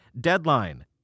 deadline